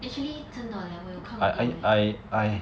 actually 真的 leh 我有看过 leh